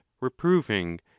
reproving